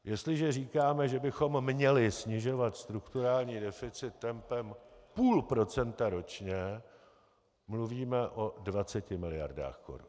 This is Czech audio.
Jestliže říkáme, že bychom měli snižovat strukturální deficit tempem 0,5 % ročně, mluvíme o 20 miliardách korun.